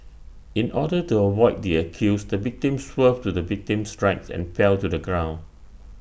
in order to avoid the accused the victim swerved to the victim's right and fell to the ground